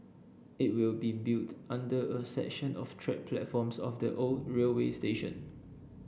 it will be built under a section of track platforms of the old railway station